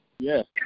Yes